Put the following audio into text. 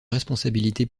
responsabilités